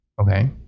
Okay